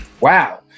wow